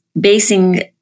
basing